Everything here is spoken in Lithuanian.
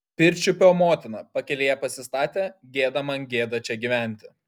pirčiupio motiną pakelėje pasistatė gėda man gėda čia gyventi